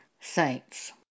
saints